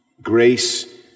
Grace